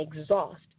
exhaust